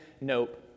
Nope